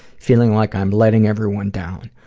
feeling like i'm letting everyone down,